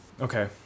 Okay